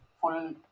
full